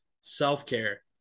self-care